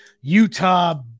Utah